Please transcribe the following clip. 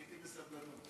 חיכיתי בסבלנות.